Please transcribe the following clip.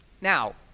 Now